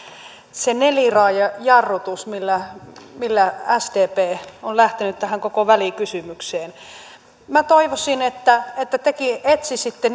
se neliraajajarrutus millä millä sdp on lähtenyt tähän koko välikysymykseen minä toivoisin että että tekin etsisitte